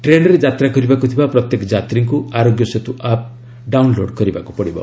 ଟ୍ରେନ୍ରେ ଯାତ୍ରା କରିବାକୁ ଥିବା ପ୍ରତ୍ୟେକ ଯାତ୍ରୀଙ୍କୁ ଆରୋଗ୍ୟସେତୁ ଆପ୍ ଡାଉନ୍ଲୋଡ କରିବାକୁ ପଡିବ